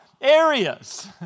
areas